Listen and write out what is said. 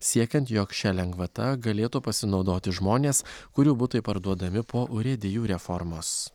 siekiant jog šia lengvata galėtų pasinaudoti žmonės kurių butai parduodami po urėdijų reformos